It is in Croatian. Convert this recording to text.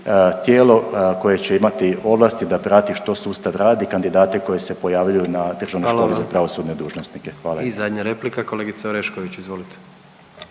tijelo koje će imati ovlasti da prati što sustav radi, kandidate koji se pojavljuju na državnoj školi za pravosudne dužnosnike. Hvala. **Jandroković, Gordan